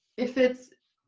if it's